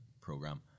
program